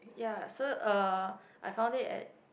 ya so uh I found it at